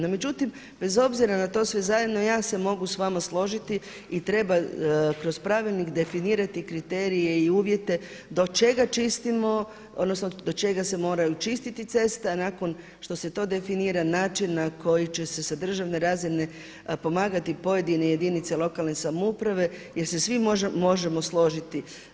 No međutim, bez obzira na to sve zajedno ja se mogu sa vama složiti i treba kroz pravilnik definirati kriterije i uvjete do čega čistimo, odnosno do čega se moraju čistiti ceste, a nakon što se definira način na koji će se sa državne razine pomagati pojedine jedinice lokalne samouprave jer se svi možemo složiti.